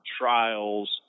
trials